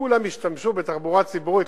שכולם ישתמשו בתחבורה הציבורית,